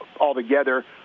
altogether